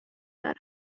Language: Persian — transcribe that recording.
دارند